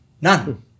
none